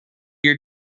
your